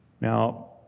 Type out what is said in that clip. Now